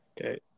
Okay